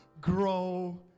grow